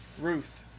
Ruth